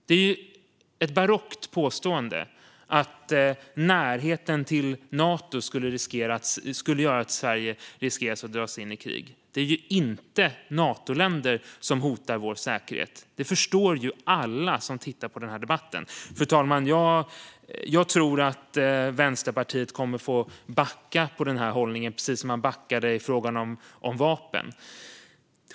Det är ett barockt påstående att närheten till Nato gör att Sverige riskerar att dras in i krig. Det är ju inte Natoländer som hotar vår säkerhet. Det förstår alla som tittar på den här debatten. Fru talman! Jag tror att Vänsterpartiet kommer att få backa i fråga om den här hållningen precis som man backade i fråga om vapen.